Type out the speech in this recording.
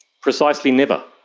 precisely never.